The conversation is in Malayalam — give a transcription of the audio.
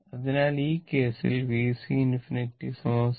അതിനാൽ ഈ കേസിൽ VC∞ 0